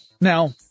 Now